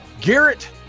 Garrett